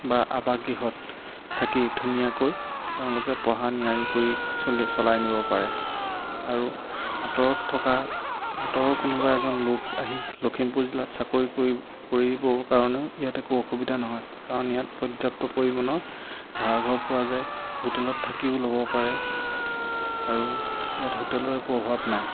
বা আৱাস গৃহত থাকি ধুনীয়াকৈ তেওঁলোকে পঢ়া নিয়াৰিকৈ চলে চলাই নিব পাৰে আৰু আঁতৰত থকা আঁতৰৰ কোনোবা এজন লোক আহি লখিমপুৰ জিলাত চাকৰি কৰিব কৰিবৰ কাৰণেও ইয়াত একো অসুবিধা নহয় কাৰণ ইয়াত পৰ্যাপ্ত পৰিমাণৰ ভাড়াঘৰ পোৱা যায় হোটেলত থাকিও ল'ব পাৰে আৰু ইয়াত হোটেলৰ একো অভাৱ নাই